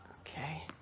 Okay